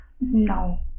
no